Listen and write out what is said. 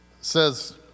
says